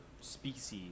species